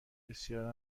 بسیار